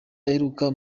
aheruka